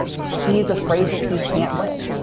he is afraid that he can't win.